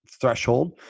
threshold